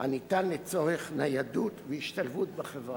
הניתן לצורך ניידות והשתלבות בחברה.